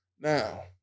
Now